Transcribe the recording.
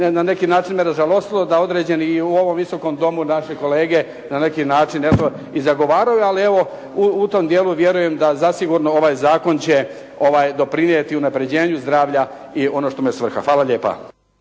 na neki način ražalostilo da određeni i u ovom Visokom domu naše kolege na neki način i zagovaraju. Ali evo u tom dijelu vjerujem da zasigurno ovaj zakon će doprinijeti unapređenju zdravlja i ono što mu je svrha. Hvala lijepa.